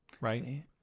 right